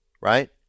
right